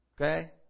Okay